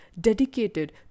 dedicated